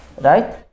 Right